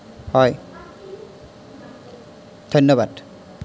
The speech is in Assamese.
হয় ধন্য়বাদ